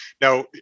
Now